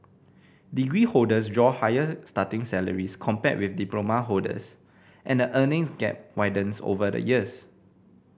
degree holders draw higher starting salaries compared with diploma holders and the earnings gap widens over the years